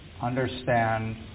understand